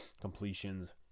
completions